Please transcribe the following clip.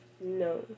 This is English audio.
No